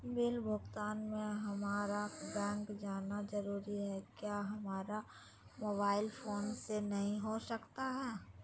Bill भुगतान में हम्मारा बैंक जाना जरूर है क्या हमारा मोबाइल फोन से नहीं हो सकता है?